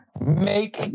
make